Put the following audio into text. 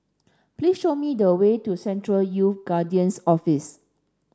please show me the way to Central Youth Guidance Office